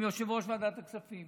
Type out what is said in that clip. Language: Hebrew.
עם יושב-ראש ועדת הכספים,